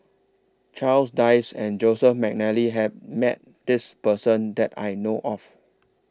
Charles Dyce and Joseph Mcnally Have Met This Person that I know of